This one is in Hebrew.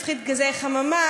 מפחית גזי חממה,